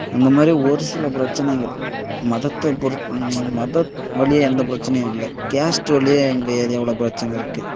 அந்த மாதிரி ஒரு சில பிரச்சனைகள் மதத்தை பொறுத்த மதம் வழியா எந்த பிரச்சனையும் இல்லை கேஸ்ட்டு வழியா எங்கள் ஏரியாவில் பிரச்சனை இருக்குது